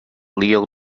leo